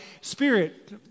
Spirit